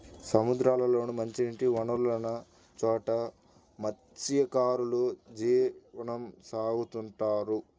సముద్రాల్లోనూ, మంచినీటి వనరులున్న చోట మత్స్యకారులు జీవనం సాగిత్తుంటారు